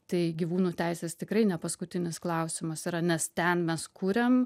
tai gyvūnų teises tikrai ne paskutinis klausimas yra nes ten mes kuriam